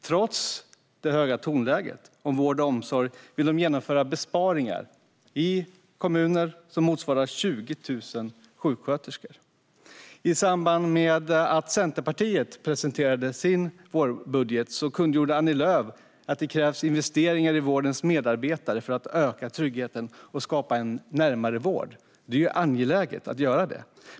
Trots sitt höga tonläge om vård och omsorg vill de genomföra besparingar i kommunerna som motsvarar 20 000 sjuksköterskor. I samband med att Centerpartiet presenterade sin vårbudget kungjorde Annie Lööf att det krävs investeringar i vårdens medarbetare för att öka tryggheten och skapa en närmare vård, vilket är angeläget.